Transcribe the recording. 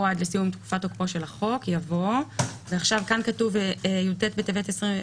ובאישור ועדת החוקה חוק ומשפט של הכנסת,